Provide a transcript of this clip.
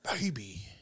Baby